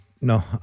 No